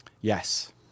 Yes